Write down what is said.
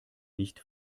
nicht